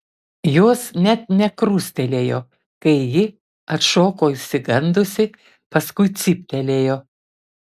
jos net nekrustelėjo kai ji atšoko išsigandusi paskui cyptelėjo